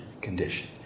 condition